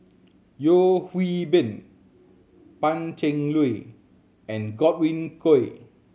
Yeo Hwee Bin Pan Cheng Lui and Godwin Koay